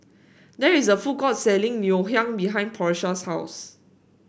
there is a food court selling Ngoh Hiang behind Porsha's house